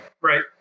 Right